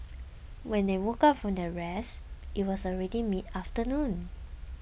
when they woke up from their rest it was already midafternoon